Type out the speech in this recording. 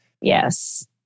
Yes